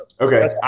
Okay